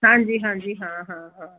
ਹਾਂਜੀ ਹਾਂਜੀ ਹਾਂ ਹਾਂ ਹਾਂ